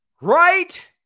right